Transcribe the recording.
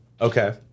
okay